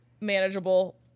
manageable